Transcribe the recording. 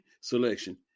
selection